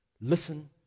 Listen